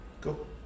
Go